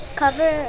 cover